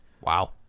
Wow